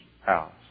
house